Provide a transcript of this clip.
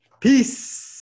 peace